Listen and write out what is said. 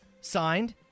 Signed